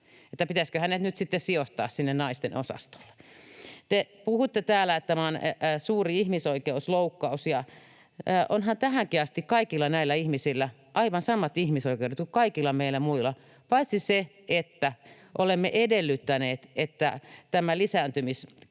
pitäisikö hänet nyt sitten sijoittaa sinne naisten osastolle? Te puhutte täällä, että tämä on suuri ihmisoikeusloukkaus. Onhan tähänkin asti kaikilla näillä ihmisillä aivan samat ihmisoikeudet kuin kaikilla meillä muilla, paitsi se, että olemme edellyttäneet, että tämä